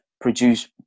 produce